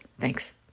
Thanks